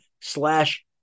slash